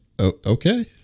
okay